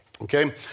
Okay